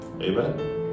Amen